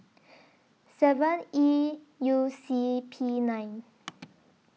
seven E U C P nine